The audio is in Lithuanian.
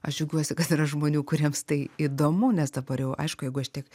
aš džiaugiuosi kad yra žmonių kuriems tai įdomu nes dabar jau aišku jeigu aš tiek